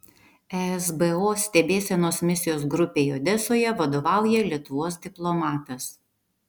esbo stebėsenos misijos grupei odesoje vadovauja lietuvos diplomatas